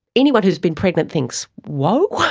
anyone who has been pregnant thinks whoa.